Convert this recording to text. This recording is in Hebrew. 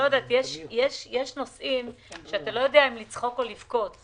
יש נושאים שאתה לא יודע אם לצחוק או לבכות,